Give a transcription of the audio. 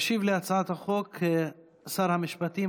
ישיב על הצעת החוק שר המשפטים,